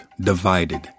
divided